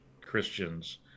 Christians